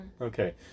Okay